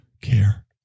care